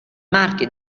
marchio